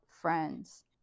friends